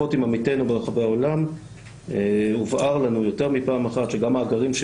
בשיחות עם עמיתינו מרחבי העולם הובהר לנו יותר מפעם אחת שגם מאגרים של